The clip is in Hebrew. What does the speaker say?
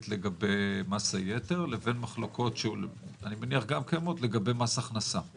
לגבי מס היתר לבין מחלוקות שאני מניח גם קיימות לגבי מס חברות של